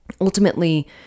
ultimately